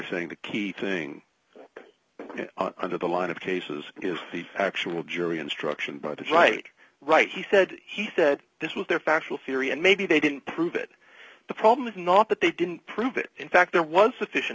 saying the key thing under the line of cases is the actual jury instruction but it's right right he said he said this was their factual theory and maybe they didn't prove it the problem is not that they didn't prove it in fact there was sufficient